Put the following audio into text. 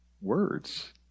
words